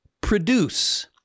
produce